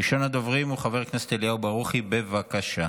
ראשון הדוברים, אליהו ברוכי, בבקשה.